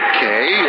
Okay